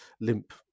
limp